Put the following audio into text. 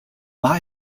war